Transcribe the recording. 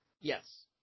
Yes